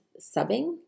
subbing